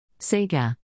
SEGA